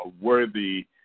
worthy